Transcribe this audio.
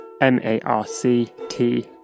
M-A-R-C-T